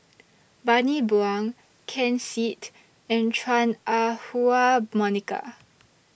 Bani Buang Ken Seet and Chua Ah Huwa Monica